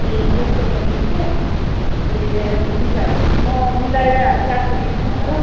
ए बटुकोको दुई सय ए हुन्छ म मिलाएर चार सय दिन्छु नि त ल